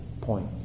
point